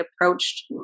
approached